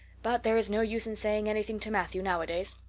but there is no use in saying anything to matthew nowadays.